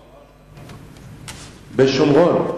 בשומרון.